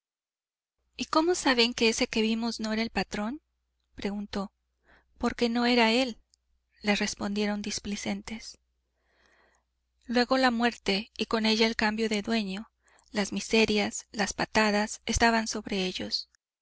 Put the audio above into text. y cómo saben que ese que vimos no era el patrón preguntó porque no era él le respondieron displicentes luego la muerte y con ella el cambio de dueño las miserias las patadas estaba sobre ellos